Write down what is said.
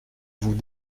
vous